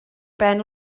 ben